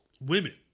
women